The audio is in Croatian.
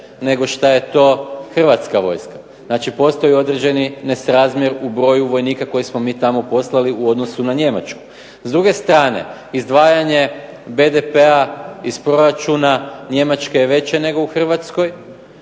nego šta je to Hrvatska vojska. Znači, postoji određeni nesrazmjer u broju vojnika koji smo mi tamo poslali u odnosu na Njemačku. S druge strane izdvajanje BDP-a iz proračuna Njemačke je veće nego u Hrvatskoj.